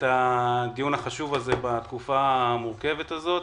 הדיון החשוב הזה בתקופה המורכבת הזאת.